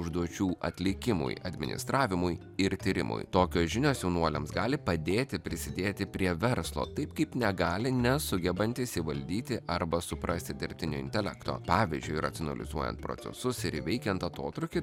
užduočių atlikimui administravimui ir tyrimui tokios žinios jaunuoliams gali padėti prisidėti prie verslo taip kaip negali nesugebantys įvaldyti arba suprasti dirbtinio intelekto pavyzdžiui racionalizuojant procesus ir įveikiant atotrūkį